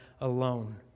alone